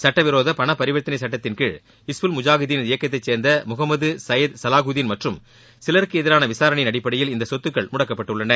சுட்ட விரோத பண பரிவர்த்தனை சட்டத்தின்கீழ் ஹிஸ்புல் முஜாஹிதீன் இயக்கத்தை சேர்ந்த முகமது சையது ச சலாஹூதீன் மற்றும் சிலருக்கு எதிரான விசாரணையின் அடிப்படையில் இந்த சொத்துக்கள் முடக்கப்பட்டுள்ளன